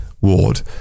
ward